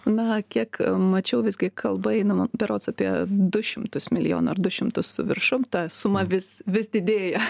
na kiek mačiau visgi kalba eina berods apie du šimtus milijonų ar du šimtus su viršum ta suma vis vis didėja